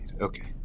Okay